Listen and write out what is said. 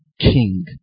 king